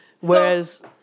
Whereas